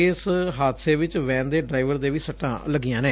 ਇਸ ਹਾਦਸੇ ਵਿਚ ਵੈਨ ਦੇ ਡਰਾਈਵਰ ਦੇ ਵੀ ਸੱਟਾਂ ਲੱਗੀਆਂ ਨੇ